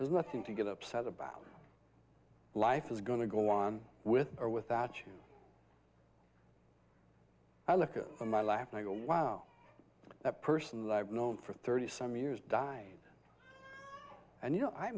there's nothing to get upset about life is going to go on with or without you i look at my life and i go wow that person that i've known for thirty some years die and you know i